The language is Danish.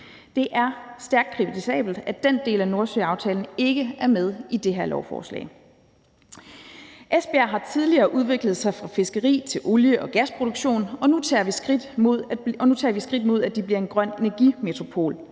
Det er stærkt kritisabelt, at den del af Nordsøaftalen ikke er med i det her lovforslag. Esbjerg har tidligere været i en udvikling fra fiskeri til olie- og gasproduktion, og nu tager vi skridt mod, at de bliver en grøn energi-metropol.